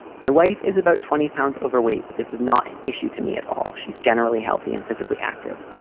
my wife is about twenty pounds overweight, but this is not an issue to me at all. she's generally healthy and physically active.